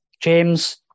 James